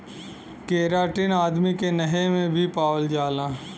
keratin आदमी के नहे में भी पावल जाला